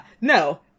no